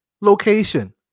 location